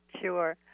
Sure